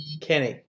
Kenny